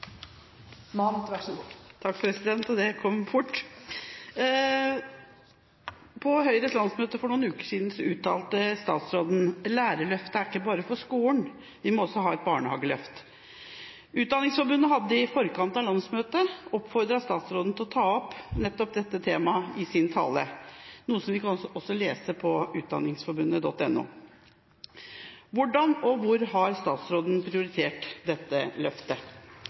Det kom brått. «På Høyres landsmøte for noen uker siden uttalte statsråden: «Lærerløftet er ikke bare for skolen, vi må også ha et barnehageløft.» Utdanningsforbundet hadde i forkant av landsmøtet oppfordret statsråden til å ta opp nettopp dette temaet i sin tale, noe vi kan se på utdanningsforbundet.no. Hvordan og hvor har statsråden prioritert dette løftet?»